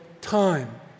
time